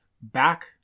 back